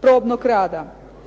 probnog rada.